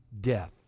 death